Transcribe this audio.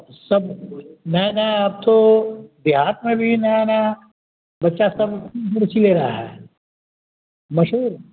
सब नये नये आब तो देहात में भी नया नया बच्चा सब रुचि ले रहा है मशहूर